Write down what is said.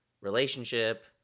relationship